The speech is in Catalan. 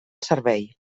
servei